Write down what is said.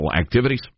activities